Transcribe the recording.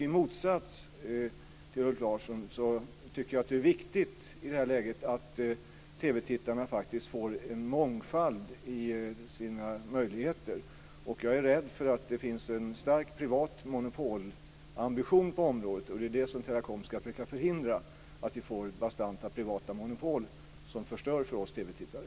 I motsats till Ulf Nilsson tycker jag att det i det här läget är viktigt att TV-tittarna får en mångfald i sina möjligheter. Jag är rädd att det finns en stark privat monopolambition på området, och det är det som Teracom ska försöka förhindra - att vi får bastanta privata monopol som förstör för oss TV-tittare.